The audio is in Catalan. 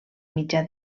mitjà